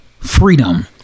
Freedom